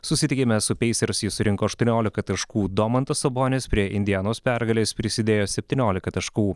susitikime su pacers jis surinko aštuoniolika taškų domantas sabonis prie indianos pergalės prisidėjo septyniolika taškų